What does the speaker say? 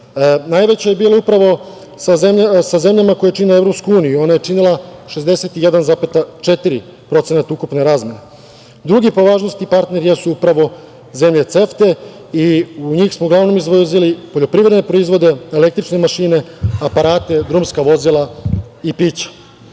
najveće je bilo upravo sa zemljama koje čine EU i ona je činila 61,4% ukupne razmene. Drugi po važnosti partner jesu upravo zemlje CEFTE i u njih smo uglavnom izvozili poljoprivredne proizvode, električne mašine, aparate, drumska vozila i pića.